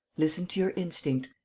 listen to your instinct.